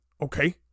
okay